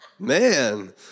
Man